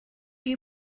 you